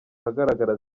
ahagaragara